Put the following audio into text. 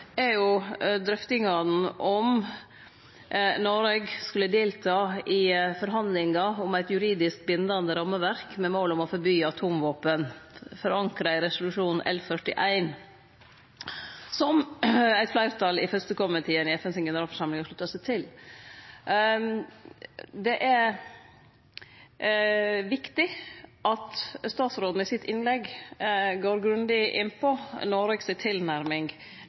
drøftingane om Noreg skulle delta i forhandlingar om eit juridisk bindande rammeverk med mål om å forby atomvåpen, forankra i resolusjon L.41, som eit fleirtal i 1. komiteen i FNs generalforsamling slutta seg til. Det er viktig at statsråden i innlegget sitt går grundig inn på